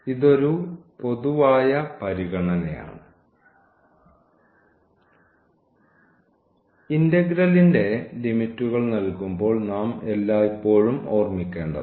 ഇത് ഒരു പൊതുവായ പരിഗണനയാണ് ഇന്റഗ്രലിന്റെ ലിമിറ്റുകൾ നൽകുമ്പോൾ നാം എല്ലായ്പ്പോഴും ഓർമ്മിക്കേണ്ടതാണ്